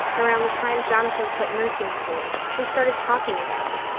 around the time jonathan quit nursing school, we started talking again.